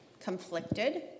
conflicted